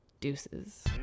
Deuces